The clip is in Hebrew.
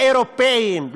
האירופיים.